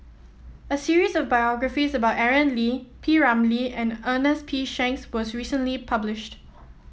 a series of biographies about Aaron Lee P Ramlee and Ernest P Shanks was recently published